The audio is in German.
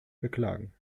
beklagen